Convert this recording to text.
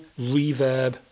reverb